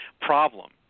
problem